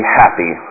happy